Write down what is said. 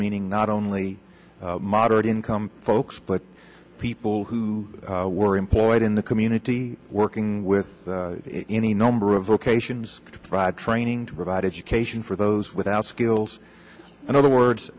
meaning not only moderate income folks but people who were employed in the community working with any number of locations to provide training to provide education for those without skills in other words